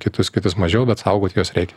kitus kitus mažiau bet saugot juos reikia